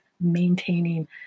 maintaining